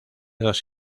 dos